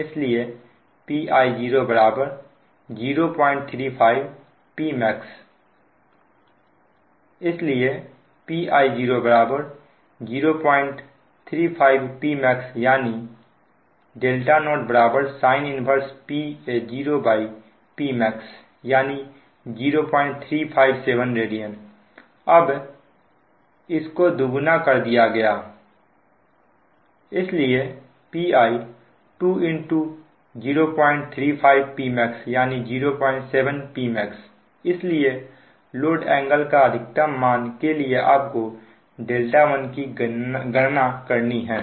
इसलिए Pi0 035 Pmax इसलिए Pi0 035 Pmax यानी δ0 sin 1Pi0Pmax यानी 0357 रेडियन अब इस को दोगुना कर दिया गया इसलिए Pi 2 035 Pmax यानी 07 Pmax इसलिए लोड एंगल का अधिकतम मान के लिए आप को δ1 की गणना करनी है